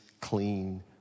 clean